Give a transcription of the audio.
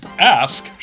Ask